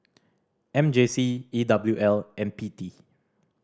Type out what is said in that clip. M J C E W L and P T